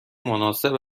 مناسب